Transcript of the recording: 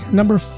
number